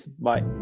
Bye